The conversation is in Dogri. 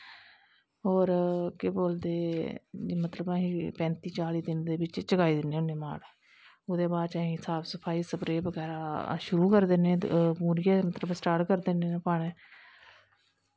होर केह् बोलदे असें पैंती चाली दिन दे बिच्च चकाई दिन्नें होनें माल ओह्दे बाद च अ साफ सफाई स्प्रे बगैरा शुरु करी दिन्नें मुड़ियै अन्दर स्टार्ट करी दिन्नें न पाना